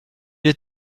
est